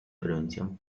prevención